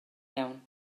iawn